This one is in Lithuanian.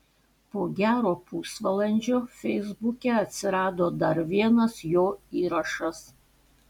po gero pusvalandžio feisbuke atsirado dar vienas jo įrašas